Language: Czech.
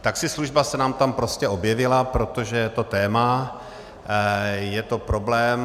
Taxislužba se nám tam prostě objevila, protože je to téma, je to problém.